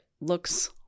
looks